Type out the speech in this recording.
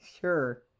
Sure